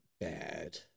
bad